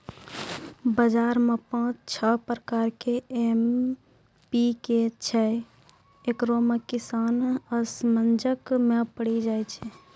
बाजार मे पाँच छह प्रकार के एम.पी.के छैय, इकरो मे किसान असमंजस मे पड़ी जाय छैय?